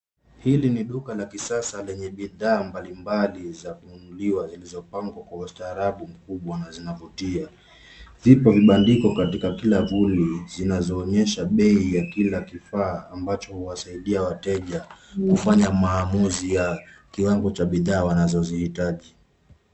Hili ni duka la kisasa lenye bidhaa mbali mbali za kununuliwa, zilizopangwa kwa ustaarabu mkubwa na zinavutia. Zipo vibandiko katika kila vuli, zinazoonyesha bei ya kila kifaa, ambacho huwasaidia wateja, kufanya maamuzi ya kiwango cha bidhaa wanazozihitaji.